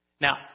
Now